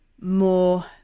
more